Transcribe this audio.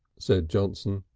said johnson.